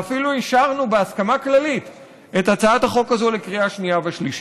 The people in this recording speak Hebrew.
ואפילו אישרנו בהסכמה כללית את הצעת החוק הזאת לקריאה שנייה ושלישית.